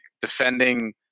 defending